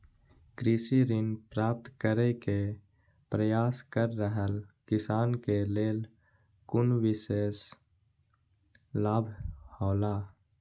कृषि ऋण प्राप्त करे के प्रयास कर रहल किसान के लेल कुनु विशेष लाभ हौला?